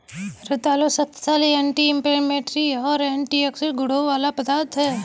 रतालू शक्तिशाली anti inflammatory और एंटीऑक्सीडेंट गुणों वाला पदार्थ है